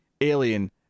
alien